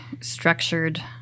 structured